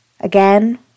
Again